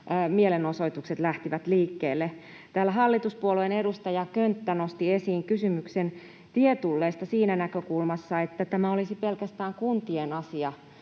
mielenosoitukset lähtivät liikkeelle. Täällä hallituspuolueen edustaja Könttä nosti esiin kysymyksen tietulleista siinä näkökulmassa, että tämä olisi pelkästään kuntien asia,